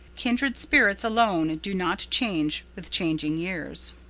kindred spirits alone do not change with changing years.